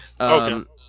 Okay